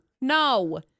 no